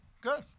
Good